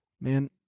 Man